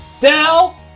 Dell